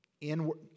Inward